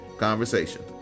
conversation